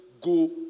go